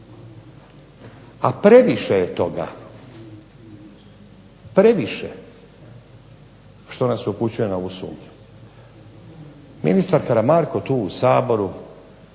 A previše je toga, previše što nas upućuje na ovu sumnju. Ministar Karamarko tu u Saboru